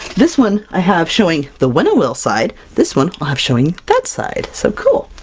this one i have showing the winnowill side, this one i'll have showing that side! so cool!